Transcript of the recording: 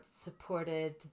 supported